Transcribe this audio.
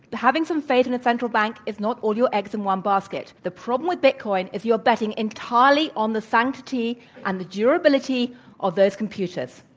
having some faith in a central bank is not all your eggs in one basket. the problem with bitcoin is you're betting entirely on the sanctity and the durability of those computers.